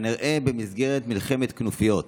כנראה במסגרת מלחמת כנופיות.